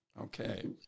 Okay